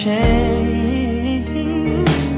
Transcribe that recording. Change